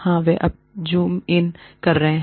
हाँ वे अब ज़ूम इन कर रहे हैं